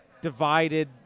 divided